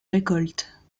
récoltes